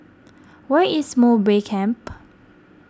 where is Mowbray Camp